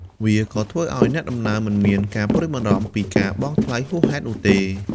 វាក៏ធ្វើឱ្យអ្នកដំណើរមិនមានការព្រួយបារម្ភពីការបង់ថ្លៃហួសហេតុនោះទេ។